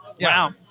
wow